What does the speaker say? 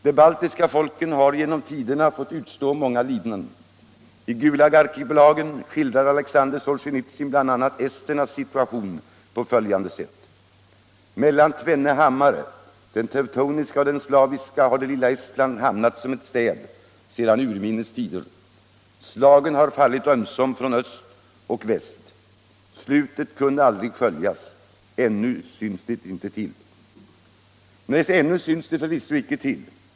De baltiska folken har genom tiderna fått utstå många lidanden. I Gulagarkipelagen skildrar Alexander Solzjenitsyn bl.a. esternas situation på följande sätt: ”—-—-- mellan tvenne hammare — den teutoniska och den slaviska har det lilla Estland hamnat som ett städ sedan urminnes tider. Slagen har fallit ömsom från öst och väst ——-— slutet kunde aldrig skönjas —-—--. Ännu syns det icke till.” Nej, ännu syns det förvisso icke till.